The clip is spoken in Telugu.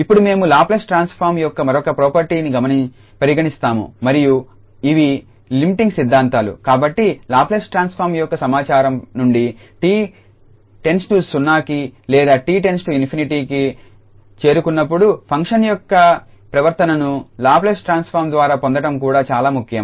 ఇప్పుడు మేము లాప్లేస్ ట్రాన్స్ఫార్మ్ యొక్క మరొక ప్రోపర్టీని పరిగణిస్తాము మరియు ఇవి లిమిటింగ్ సిద్ధాంతాలు కాబట్టి లాప్లేస్ ట్రాన్స్ఫార్మ్ యొక్క సమాచారం నుండి 𝑡 → 0కి లేదా 𝑡 → ∞కి చేరుకున్నప్పుడు ఫంక్షన్ యొక్క ప్రవర్తనను లాప్లేస్ ట్రాన్స్ఫార్మ్ ద్వారా పొందడం కూడా చాలా ముఖ్యం